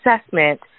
assessment